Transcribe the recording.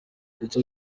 ndetse